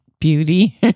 beauty